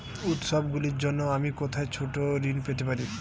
উত্সবগুলির জন্য আমি কোথায় ছোট ঋণ পেতে পারি?